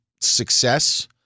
success